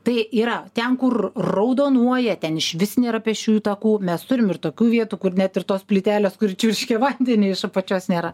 tai yra ten kur raudonuoja ten išvis nėra pėsčiųjų takų mes turim ir tokių vietų kur net ir tos plytelės kuri čiurškia vandenį iš apačios nėra